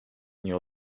nie